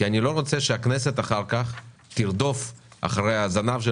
אני לא רוצה שהכנסת אחר כך תרדוף אחרי הזנב של